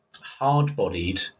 hard-bodied